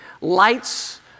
lights